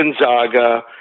Gonzaga